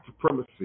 supremacy